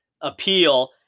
appeal